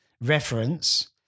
reference